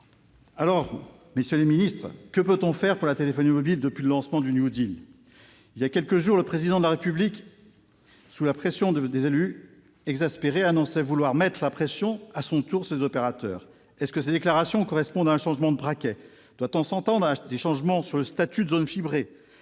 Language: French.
le secrétaire d'État, que peut-on faire pour la téléphonie mobile depuis le lancement du ? Voilà quelques jours, le Président de la République, sous la pression des élus exaspérés, annonçait vouloir mettre la pression à son tour sur les opérateurs. Cette déclaration correspond-elle à un changement de braquet ? Doit-on s'attendre à des changements sur le statut de zone fibrée ?